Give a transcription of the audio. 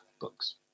Books